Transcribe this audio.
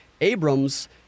Abrams